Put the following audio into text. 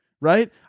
right